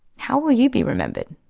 how will you be remembered?